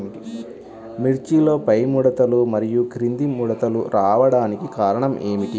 మిర్చిలో పైముడతలు మరియు క్రింది ముడతలు రావడానికి కారణం ఏమిటి?